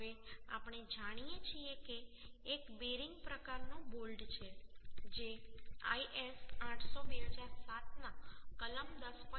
હવે આપણે જાણીએ છીએ કે એક બેરિંગ પ્રકારનો બોલ્ટ છે જે IS 800 2007 ના કલમ 10